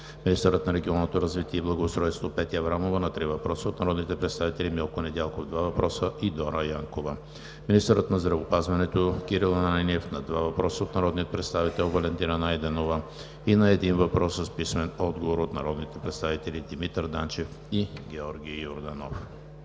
министърът на регионалното развитие и благоустройството Петя Аврамова на три въпроса от народните представители Милко Недялков – два въпроса; и Дора Янкова; - министърът на здравеопазването Кирил Ананиев на два въпроса от народния представител Валентина Найденова; и на един въпрос с писмен отговор от народните представители Димитър Данчев и Георги Йорданов.